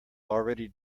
already